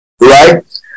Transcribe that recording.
right